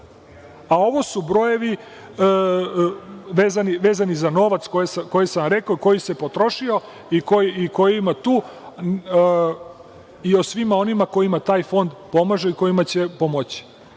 Ovo su brojevi vezani za novac koji sam vam rekao, koji se potrošio i koji ima tu i o svima onima kojima taj fond pomaže i kojima će pomoći. Što